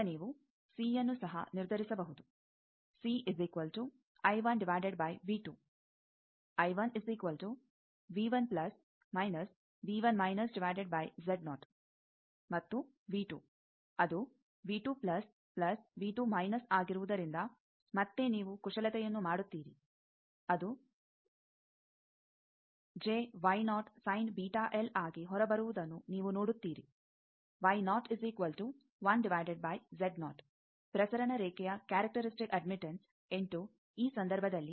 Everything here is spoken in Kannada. ಈಗ ನೀವು ಸಿಅನ್ನು ಸಹ ನಿರ್ಧರಿಸಬಹುದು ಮತ್ತು ಅದು ಆಗಿರುವುದರಿಂದ ಮತ್ತೆ ನೀವು ಕುಶಲತೆಯನ್ನು ಮಾಡುತ್ತೀರಿ ಅದು ಆಗಿ ಹೊರಬರುವುದನ್ನು ನೀವು ನೋಡುತ್ತೀರಿ ಪ್ರಸರಣ ರೇಖೆಯ ಕ್ಯಾರಕ್ಟರಿಸ್ಟಿಕ ಅಡ್ಮಿಟ್ಟನ್ಸ್ ಇಂಟು ಈ ಸಂದರ್ಭದಲ್ಲಿ